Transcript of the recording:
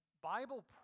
Bible